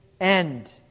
end